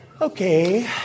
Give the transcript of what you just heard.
Okay